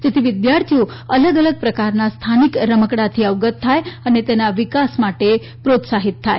જેથી વિદ્યાર્થીઓ અલગઅલગ પ્રકારના સ્થાનિક રમકડાથી અવગત થાય અને તેના વિકાસ માટે પ્રોત્સાહિત થાય